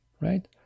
right